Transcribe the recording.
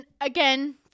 again